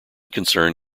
concern